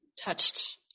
touched